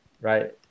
right